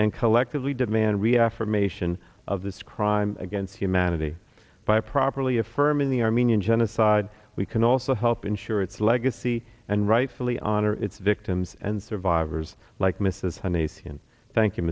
and collectively demand reaffirmation of this crime against humanity by properly affirming the armenian genocide we can also help ensure its legacy and rightfully honor its victims and survivors like mrs hannay sian thank you